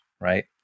Right